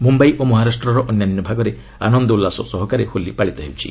ମୁମ୍ଭାଇ ଓ ମହାରାଷ୍ଟ୍ରର ଅନ୍ୟାନ୍ୟ ଭାଗରେ ଆନନ୍ଦ ଉଲ୍ଲାସ ସହକାରେ ହୋଲି ପାଳିତ ହେଉଛି